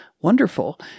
wonderful